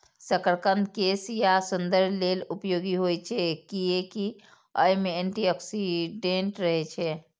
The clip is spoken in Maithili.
शकरकंद केश आ सौंदर्य लेल उपयोगी होइ छै, कियैकि अय मे एंटी ऑक्सीडेंट रहै छै